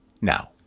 now